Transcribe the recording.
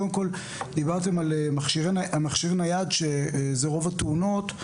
קודם כל דיברתם על המכשיר נייד שזה רוב תאונות.